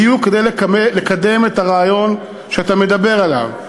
בדיוק כדי לקדם את הרעיון שאתה מדבר עליו,